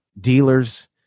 dealers